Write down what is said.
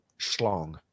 Schlong